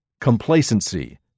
complacency